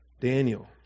Daniel